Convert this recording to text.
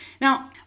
Now